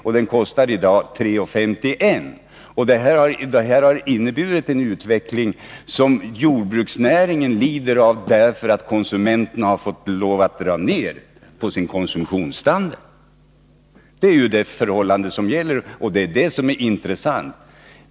och i dag kostar 3:51 kr. Detta återspeglar en utveckling som jordbruksnäringen lider av, eftersom konsumenten har tvingats dra ner sin konsumtionsstandard. Det är ju det förhållande som gäller och som är intressant.